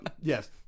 Yes